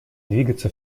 двигаться